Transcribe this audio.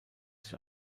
sich